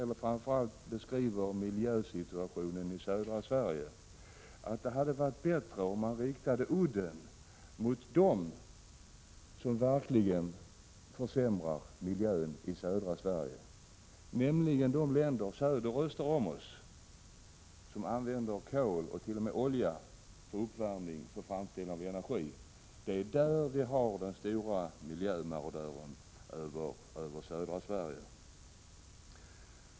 När man beskriver miljösituationen i södra Sverige tycker jag att det vore bättre om man riktade udden mot dem som verkligen försämrar miljön i södra Sverige, nämligen de länder söder och öst om oss som använder kol och t.o.m. olja för uppvärmning och utvinning av energi. Det är där vi har de stora miljömarodörerna när det gäller södra Sverige.